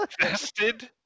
invested